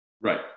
Right